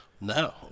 No